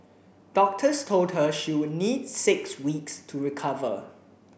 doctors told her she would need six weeks to recover